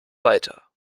weiter